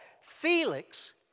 Felix